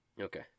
Okay